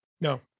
No